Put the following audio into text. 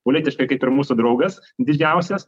politiškai kaip ir mūsų draugas didžiausias